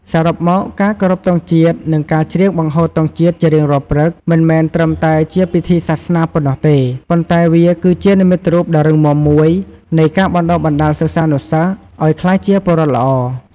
សរុបមក ការគោរពទង់ជាតិ និងការច្រៀងបង្ហូតទង់ជាតិជារៀងរាល់ព្រឹក មិនមែនត្រឹមតែជាពិធីសាសនាប៉ុណ្ណោះទេ ប៉ុន្តែវាគឺជានិមិត្តរូបដ៏រឹងមាំមួយនៃការបណ្ដុះបណ្ដាលសិស្សានុសិស្សឱ្យក្លាយជា ពលរដ្ឋល្អ។